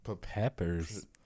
Peppers